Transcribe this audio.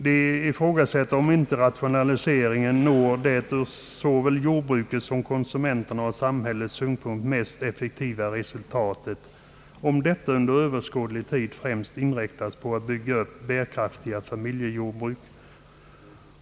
De ifrågasätter om inte rationaliseringen når det ur såväl jordbrukets som konsumenternas och samhällets synpunkt mest effektiva resultatet om denna un der överskådlig tid främst inriktas på ait bygga upp bärkraftiga familjejordbruk.